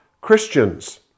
Christians